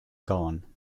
gone